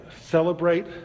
Celebrate